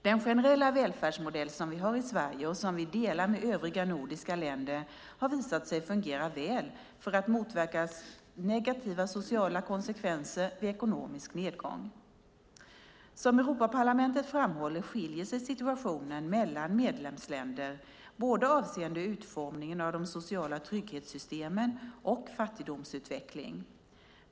Den generella välfärdsmodell som vi har i Sverige och som vi delar med övriga nordiska länder har visat sig fungera väl för att motverka negativa sociala konsekvenser vid ekonomisk nedgång. Som Europaparlamentet framhåller skiljer sig situationen mellan medlemsländer både avseende utformningen av de sociala trygghetssystemen och fattigdomsutveckling.